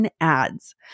ads